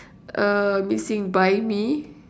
a missing buy me